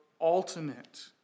ultimate